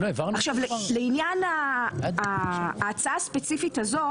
לעניין ההצעה הספציפית הזו.